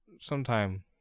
sometime